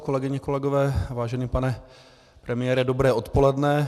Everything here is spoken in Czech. Kolegyně, kolegové, vážený pane premiére, dobré odpoledne.